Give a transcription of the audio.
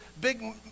big